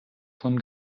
von